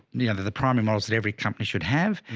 yeah the, the primary models that every company should have.